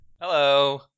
Hello